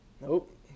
nope